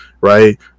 right